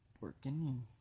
working